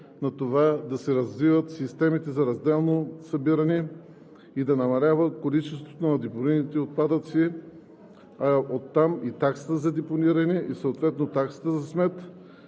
посока да се развиват системите за разделно събиране и да намалява количеството на депонираните отпадъци, а оттам и таксата за депониране, съответно и таксата за смет,